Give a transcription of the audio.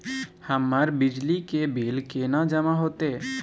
हमर बिजली के बिल केना जमा होते?